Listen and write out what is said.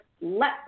let